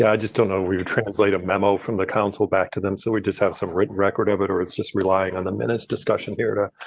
yeah just don't know where we would translate a memo from the council back to them. so we just have some written record of it, or it's just relying on the minutes discussion here to,